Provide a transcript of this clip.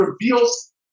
reveals